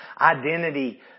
identity